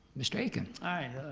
mr. akin?